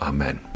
Amen